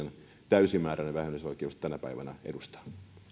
täysimääräinen vähennysoikeus tänä päivänä edustaa